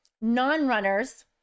non-runners